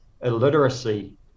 illiteracy